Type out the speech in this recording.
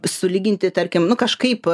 sulyginti tarkim nu kažkaip